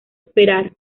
esperar